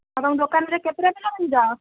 ଆପଣଙ୍କ ଦୋକାନରେ କେତେଟା ପିଲା ରଖିଛ